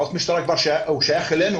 אבל הם כבר שייכים אלינו